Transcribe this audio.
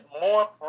more